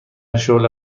شغل